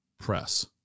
Press